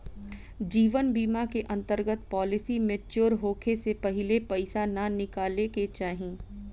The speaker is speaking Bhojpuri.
जीवन बीमा के अंतर्गत पॉलिसी मैच्योर होखे से पहिले पईसा ना निकाले के चाही